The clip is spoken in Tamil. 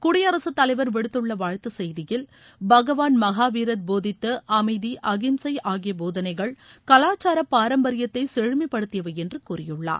குடியரசுத் தலைவர் விடுத்துள்ள வாழ்த்து செய்தியில் பகவான் மகாவீரர் போதித்த அமைதி அகிம்சை ஆகிய போதனைகள் கலாச்சார பாரம்பரியத்தை செழுமைப்படுத்தியவை என்று கூறியுள்ளார்